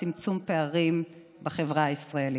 צמצום פערים בחברה הישראלית.